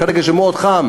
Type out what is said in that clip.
כרגע כשמאוד קר,